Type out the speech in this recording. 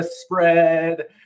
spread